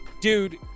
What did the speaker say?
dude